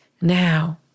now